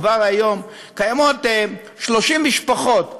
כבר היום קיימות 30 משפחות בדימונה,